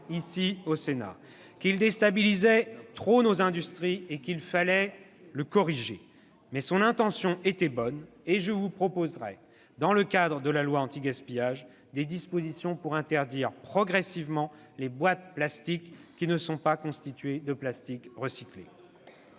ensemble qu'il déstabilisait trop nos industries et qu'il fallait le corriger. Mais son intention était bonne, et je vous proposerai dans le cadre de la loi anti-gaspillage des dispositions pour interdire progressivement les boîtes plastiques qui ne sont pas constituées de plastique recyclé.